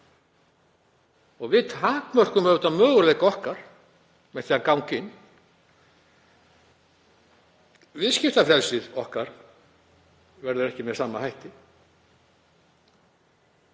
og við takmörkum möguleika okkar með því að ganga inn. Viðskiptafrelsi okkar verður ekki með sama hætti,